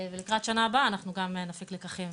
לקראת השנה הבאה, אנחנו גם נפיק לקחים.